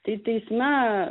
tai teisme